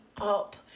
up